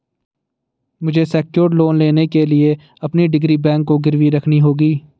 मुझे secured loan लेने के लिए अपनी डिग्री बैंक को गिरवी रखनी होगी